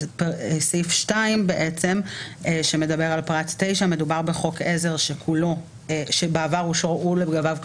וסעיף 2 שמדבר על פרט 9. מדובר בחוק עזר שבעבר אושרו לגביו קנסות,